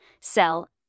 sell